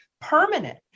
permanent